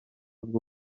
bwo